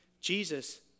Jesus